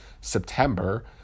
September